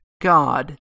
God